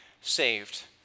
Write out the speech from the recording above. saved